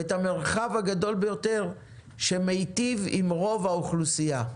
ואת המרחב הגדול ביותר שמיטיב עם רוב האוכלוסייה,